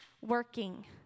working